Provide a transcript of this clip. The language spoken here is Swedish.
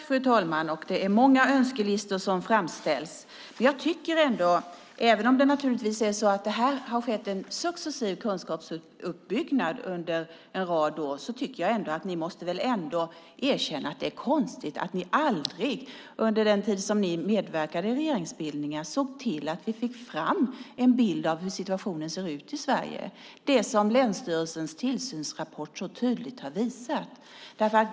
Fru talman! Det är många önskelistor som framställs. Även om det här har skett en successiv kunskapsuppbyggnad under en rad år tycker jag att ni ändå måste erkänna att det är konstigt att ni aldrig under den tid som ni medverkade i regeringsbildningar såg till att vi fick fram en bild av hur situationen såg ut i Sverige. Det är något som länsstyrelsens tillsynsrapport så tydligt har visat.